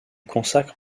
consacre